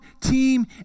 team